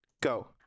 go